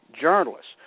journalists